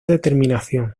determinación